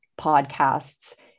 podcasts